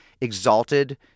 exalted